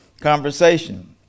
conversation